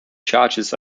charges